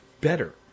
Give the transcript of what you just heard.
better